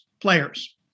players